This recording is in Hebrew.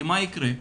מה יקרה?